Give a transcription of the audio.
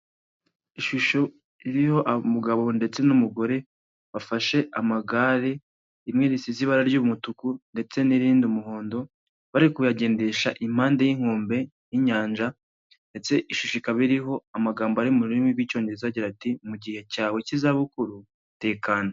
Ishusho iriho umugabo ndetse n'umugore bafashe amagare, rimwe risize ibara ry'umutuku ndetse n'irindi muhondo bari kuyagendesha impande y'inkombe y'inyanja ndetse ishusho ikaba iriho amagambo ari mu rurimi rw'icyongereza agira ati mu gihe cyawe cy'izabukuru tekena.